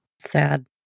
Sad